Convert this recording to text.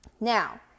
Now